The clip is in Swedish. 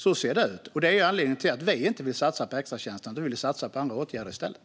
Så ser det ut, och det är anledningen till att vi inte vill satsa på extratjänsterna utan på andra åtgärder i stället.